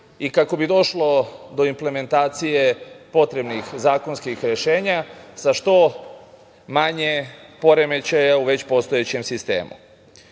i kako bi došlo do implementacije potrebnih zakonskih rešenja sa što manje poremećaja u već postojećem sistemu. Jedan